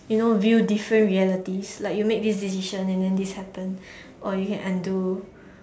you know view different realities like you make this decision and then this happen or you can undo